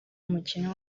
umukino